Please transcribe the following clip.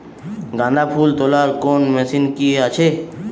গাঁদাফুল তোলার কোন মেশিন কি আছে?